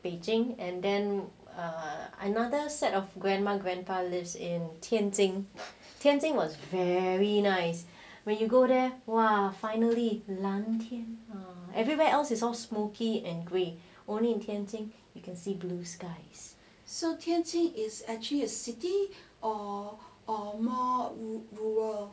beijing and then err another set of grandma grandpa lives in tianjin tianjin was very nice when you go there !wah! finally 蓝天 everywhere else is long smoky and grey only tianjin you can see blue skies